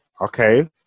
Okay